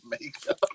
makeup